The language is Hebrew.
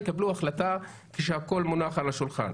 יקבלו החלטה כשהכול מונח על השולחן.